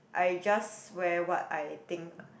I just wear what I think